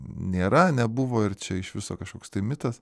nėra nebuvo ir čia iš viso kažkoks tai mitas